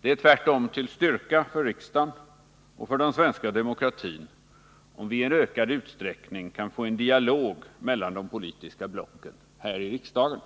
Det är tvärtom till styrka för riksdagen och för den svenska demokratin, om vi i ökad utsträckning kan få en dialog mellan blocken här i riksdagen.